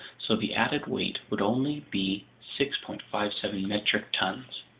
so the added weight would only be six point five seven metric tons.